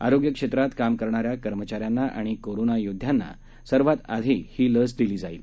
आरोग्य क्षेत्रात काम करणाऱ्या कर्मचाऱ्यांना आणि कोरोना योदध्यांना सर्वात आधी ही लस दिली जाईल